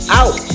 out